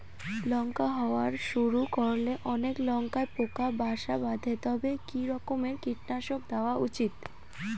লঙ্কা হওয়া শুরু করলে অনেক লঙ্কায় পোকা বাসা বাঁধে তবে কি রকমের কীটনাশক দেওয়া উচিৎ?